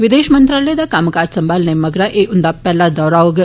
विदेश मंत्रालय दा कम्म काज सांभने मगरा एह् उन्दा पैहला दौरा होग